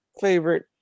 favorite